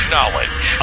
Knowledge